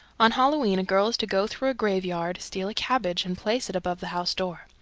on halloween a girl is to go through a graveyard, steal a cabbage and place it above the house-door.